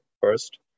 first